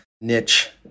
niche